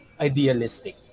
idealistic